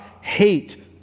hate